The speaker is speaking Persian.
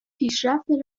پیشرفت